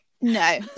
no